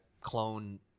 clone